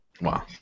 Wow